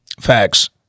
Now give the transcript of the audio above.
Facts